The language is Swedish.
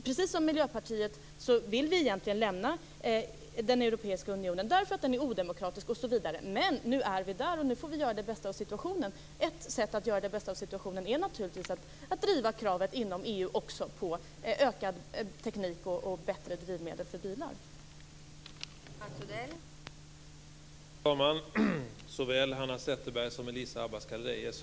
Precis som Miljöpartiet vill vi egentligen lämna den europeiska unionen därför att den är odemokratisk osv., men nu är vi där och nu får vi göra det bästa av situationen. Ett sätt att göra det bästa av situationen är naturligtvis att driva kravet på ökad utveckling av tekniken och bättre drivmedel för bilar också inom